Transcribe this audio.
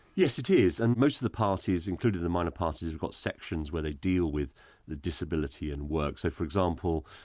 yes it is and most of the parties, including the minor parties, have got sections where they deal with the disability in work. so, for example,